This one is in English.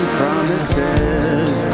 promises